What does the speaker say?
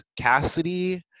Cassidy